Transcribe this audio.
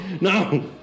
no